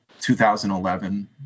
2011